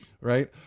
right